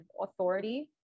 authority